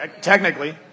Technically